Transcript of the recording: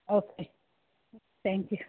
okay thank you